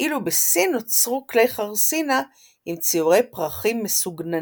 ואילו בסין נוצרו כלי חרסינה עם ציורי פרחים מסוגננים.